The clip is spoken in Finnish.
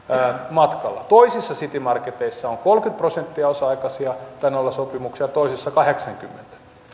matkalla toisissa citymarketeissa on kolmekymmentä prosenttia osa aikaisia tai nollasopimuksella olevia ja toisissa kahdeksankymmentä kyse